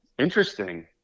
Interesting